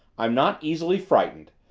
i'm not easily frightened.